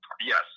Yes